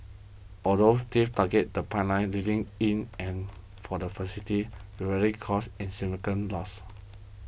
although thieves targeted the pipelines leading in and for the facility rarely caused insignificant loss